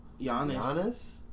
Giannis